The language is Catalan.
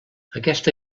aquesta